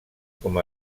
com